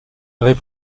avait